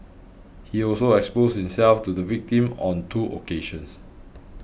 he also exposed himself to the victim on two occasions